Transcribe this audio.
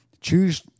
Choose